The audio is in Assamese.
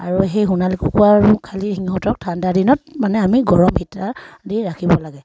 আৰু সেই সোণালী কুকুৰাকো খালী সিহঁতক ঠাণ্ডা দিনত মানে আমি গৰম হিটাৰ দি ৰাখিব লাগে